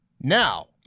Now